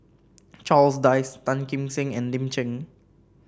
Charles Dyce Tan Kim Seng and Lin Chen